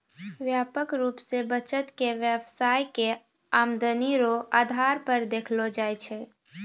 व्यापक रूप से बचत के व्यवसाय के आमदनी रो आधार पर देखलो जाय छै